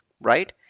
right